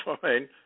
fine